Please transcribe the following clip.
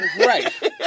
Right